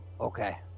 okay